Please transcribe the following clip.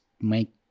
make